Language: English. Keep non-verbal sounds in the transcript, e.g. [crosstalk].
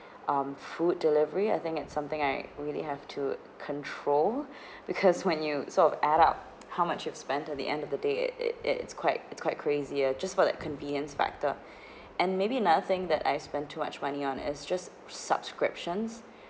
um food delivery I think it's something I really have to control [breath] because when you sort of add up how much have spent at the end of the day it it it's quite it's quite crazy ah just for that convenience factor [breath] and maybe another thing that I spend too much money on is just subscriptions